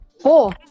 four